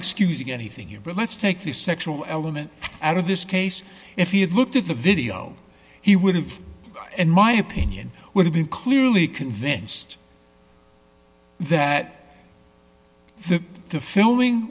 excusing anything here but let's take the sexual element out of this case if he had looked at the video he would have in my opinion would have been clearly convinced that the the filming